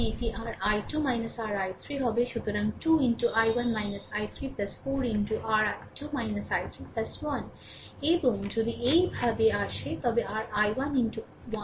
এখানে এটি r i2 r i3 হবে সুতরাং 2 i1 i3 4 r i2 i3 1 এবং যদি এইভাবে আসে তবে r i1 1 0